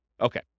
Okay